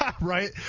Right